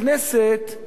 בכיס של כולנו,